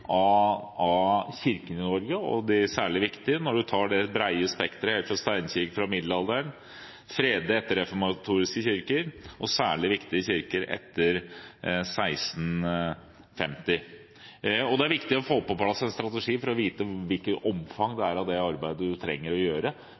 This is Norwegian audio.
Norge. Det er særlig viktig når vi tar det brede spekteret helt fra steinkirker fra middelalderen, fredede etter-reformatoriske kirker og særlig viktige kirker etter 1650. Det er viktig å få på plass en strategi for å vite omfanget av arbeidet vi trenger å gjøre